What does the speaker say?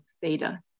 Theta